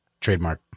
Trademark